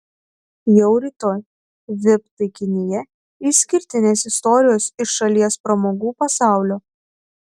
jau rytoj vip taikinyje išskirtinės istorijos iš šalies pramogų pasaulio